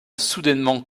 soudainement